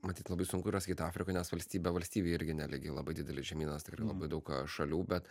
matyt labai sunku raskit kitą afriką nes valstybė valstybei irgi nelygi labai didelis žemynas tikrai labai daug šalių bet